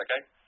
okay